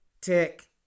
tick